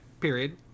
period